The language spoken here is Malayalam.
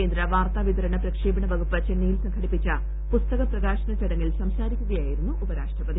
കേന്ദ്ര വാർത്താ വിതരണ പ്രക്ഷേപണ വകുപ്പ് ചെന്നൈയിൽ സംഘടിപ്പിച്ച പുസ്തക പ്രകാശന ചടങ്ങിൽ സംസാരിക്കുകയായിരുന്നു ഉപരാഷ്ട്രപതി